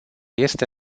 este